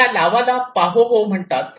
या लावाला पाहोहो म्हणतात